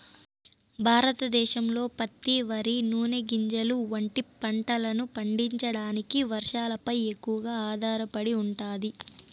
భారతదేశంలో పత్తి, వరి, నూనె గింజలు వంటి పంటలను పండించడానికి వర్షాలపై ఎక్కువగా ఆధారపడి ఉంటాది